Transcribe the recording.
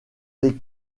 les